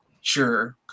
sure